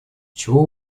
чего